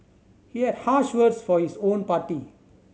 he had harsh words for his own party